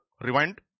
rewind